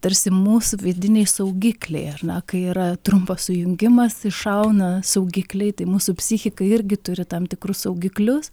tarsi mūsų vidiniai saugikliai ar na kai yra trumpas sujungimas iššauna saugikliai tai mūsų psichika irgi turi tam tikrus saugiklius